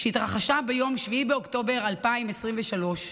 שהתרחשה ביום 7 באוקטובר 2023,